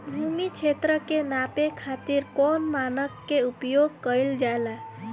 भूमि क्षेत्र के नापे खातिर कौन मानक के उपयोग कइल जाला?